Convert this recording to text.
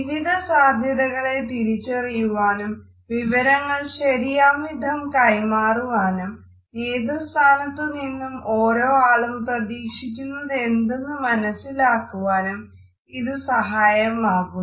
വിവിധ സാധ്യതകളെ തിരിച്ചറിയുവാനും വിവരങ്ങൾ ശരിയാം വിധം കൈമാറാനും നേതൃസ്ഥാനത്തു നിന്നും ഓരോ ആളും പ്രതീക്ഷിക്കുന്നതെന്തെന്ന് മനസ്സിലാക്കുവാനും ഇത് സഹായകമാകുന്നു